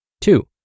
Two